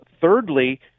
Thirdly